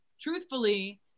truthfully